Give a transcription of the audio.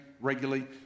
regularly